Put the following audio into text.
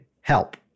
Help